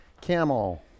camel